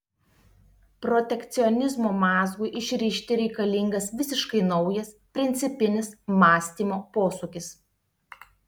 protekcionizmo mazgui išrišti reikalingas visiškai naujas principinis mąstymo posūkis